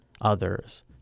others